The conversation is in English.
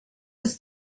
was